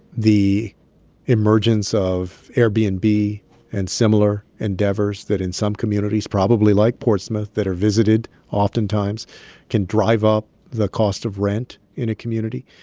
the emergence of airbnb and similar endeavors that in some communities probably like portsmouth that are visited oftentimes can drive up the cost of rent in a community